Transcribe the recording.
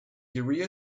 urea